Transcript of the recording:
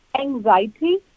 Anxiety